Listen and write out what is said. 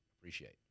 appreciate